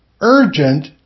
urgent